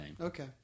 Okay